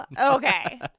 Okay